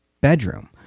bedroom